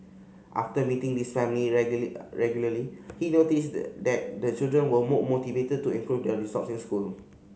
after meeting these family regularly he noticed the that the children were more motivated to improve their results in school